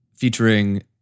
featuring